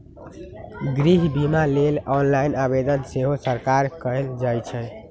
गृह बिमा लेल ऑनलाइन आवेदन सेहो सकार कएल जाइ छइ